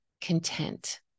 content